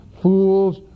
fools